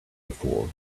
before